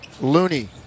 Looney